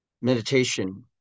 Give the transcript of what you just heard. meditation